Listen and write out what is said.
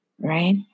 right